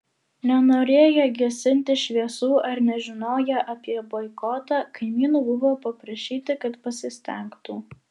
nenorėję gesinti šviesų ar nežinoję apie boikotą kaimynų buvo paprašyti kad pasistengtų